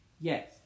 Yes